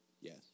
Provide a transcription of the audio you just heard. Yes